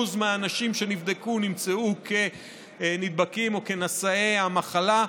מהאנשים שנבדקו שנמצאו כנדבקים או כנשאי המחלה,